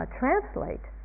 translate